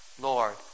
Lord